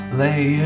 lay